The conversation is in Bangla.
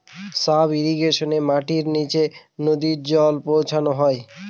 সাব ইর্রিগেশনে মাটির নীচে নদী জল পৌঁছানো হয়